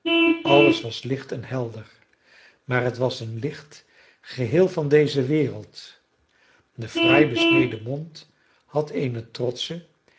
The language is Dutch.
alles was licht en helder maar het was een licht geheel van deze wereld de fraai besneden mond had eene trotsche